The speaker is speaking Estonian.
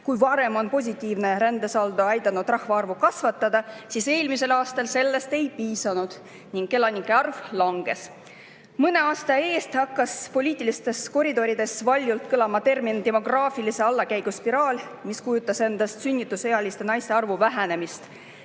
Kui varem on positiivne rändesaldo aidanud rahvaarvu kasvatada, siis eelmisel aastal sellest ei piisanud ning elanike arv langes. Mõne aasta eest hakkas poliitilistes koridorides valjult kõlama termin "demograafilise allakäigu spiraal", mis kujutab endast sünnitusealiste naiste arvu vähenemist.